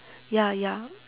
ya ya